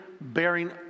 bearing